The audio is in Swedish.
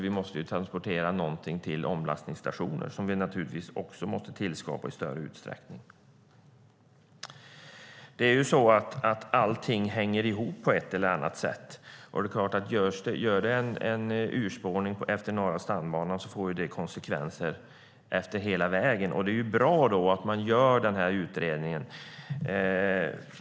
Vi måste transportera någonting till omlastningsstationer som vi också måste tillskapa i större utsträckning. Allting hänger ihop på ett eller annat sätt. Om det sker en urspårning på Norra stambanan får det konsekvenser efter hela vägen. Det är bra att man gör utredningen.